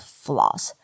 flaws